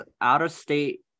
out-of-state